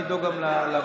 נדאג גם לבאה.